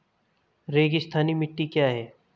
रेगिस्तानी मिट्टी क्या है?